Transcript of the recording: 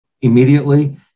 immediately